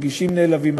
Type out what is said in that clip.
מרגישים נעלבים,